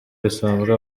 risanzwe